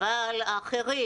אבל מה לגבי האחרים